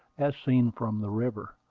as seen from the river.